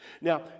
Now